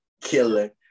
killer